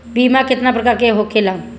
बीमा केतना प्रकार के होखे ला?